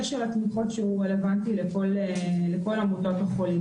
של התמיכות שהוא רלוונטי לכל עמותות החולים.